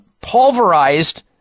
pulverized